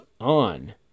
on